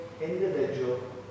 individual